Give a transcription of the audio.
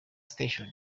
station